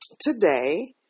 today